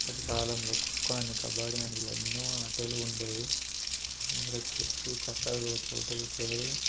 అప్పటికాలంలో ఖోఖో అని కబడ్డీ అని ఇలా ఎన్నో ఆటలు ఉండేవి అందరు కలిసి చక్కగా ఒక చోట కూర్చుని